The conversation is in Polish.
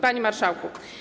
Panie Marszałku!